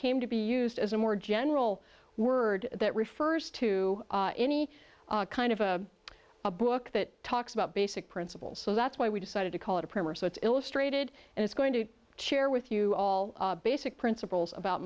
came to be used as a more general word that refers to any kind of a book that talks about basic principles so that's why we decided to call it a primer so it's illustrated and it's going to chair with you all basic principles about